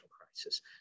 crisis